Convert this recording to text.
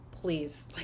please